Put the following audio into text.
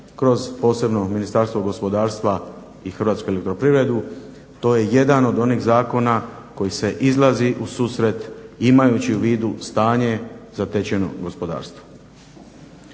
kroz posebno Ministarstvo gospodarstvo i Hrvatsku elektroprivredu. To je jedan od onih zakona koji se izlazi u susret imajući u vidu stanje zatečenog gospodarstva.